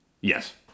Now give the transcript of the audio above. yes